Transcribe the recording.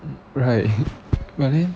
right but then